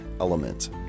element